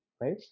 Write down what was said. right